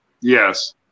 yes